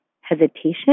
hesitation